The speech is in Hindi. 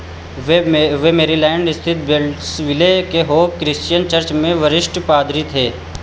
वे मेरी मेरीलैंड स्थित बेल्ट्सविले के होप क्रिश्चियन चर्च में वरिष्ठ पादरी थे